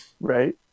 Right